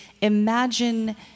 imagine